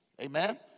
Amen